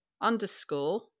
underscore